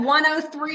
103